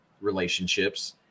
relationships